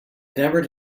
never